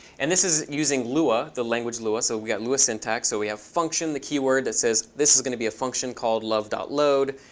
and this is using lua, the language lua. so we've got lua syntax. so we have function, the keyword that says this is going to be a function called love load.